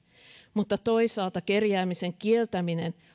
mutta toisaalta kerjäämisen kieltäminen